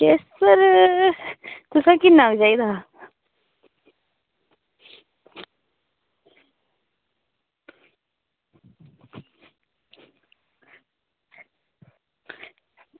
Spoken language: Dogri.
केसर तुसें किन्ना क चाहिदा हा